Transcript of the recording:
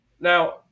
Now